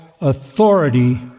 authority